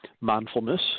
Mindfulness